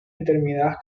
determinadas